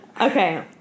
Okay